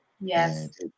Yes